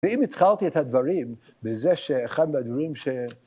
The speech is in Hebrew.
ואם התחלתי את הדברים, בזה שאחד מהדברים ש...